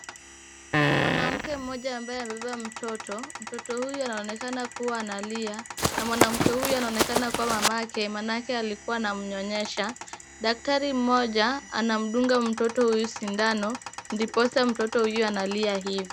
Mwanamke mmoja ambaye amembeba mtoto. Mtoto huyu anaonekana kuwa analia na mwanamke huyu anaonekana kuwa mamake maanake alikuwa anamnyonyesha. Daktari mmoja, anamdunga mtoto huyu sindano, ndiposa mtoto huyu analia hivo.